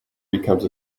becomes